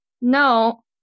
no